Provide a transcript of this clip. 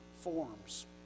forms